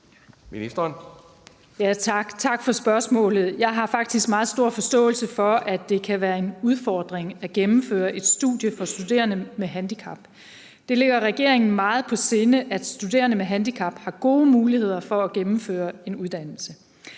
Tak for spørgsmålet. Jeg har faktisk meget stor forståelse for, at det kan være en udfordring at gennemføre et studie for studerende med handicap. Det ligger regeringen meget på sinde, at studerende med handicap har gode muligheder for at gennemføre en uddannelse.